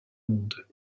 monde